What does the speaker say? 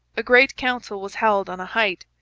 a great council was held on a height.